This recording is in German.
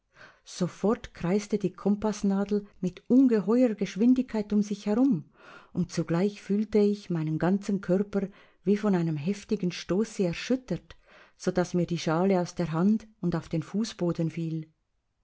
sofort kreiste die kompaßnadel mit ungeheurer geschwindigkeit um sich herum und zugleich fühlte ich meinen ganzen körper wie von einem heftigen stoße erschüttert sodaß mir die schale aus der hand und auf den fußboden fiel